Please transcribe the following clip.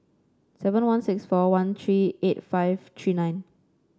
seven one six four one three eight five three nine